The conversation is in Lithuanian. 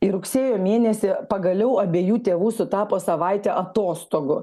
ir rugsėjo mėnesį pagaliau abiejų tėvų sutapo savaitę atostogų